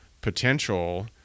potential